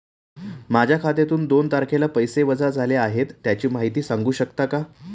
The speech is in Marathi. माझ्या खात्यातून दोन तारखेला पैसे वजा झाले आहेत त्याची माहिती सांगू शकता का?